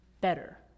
better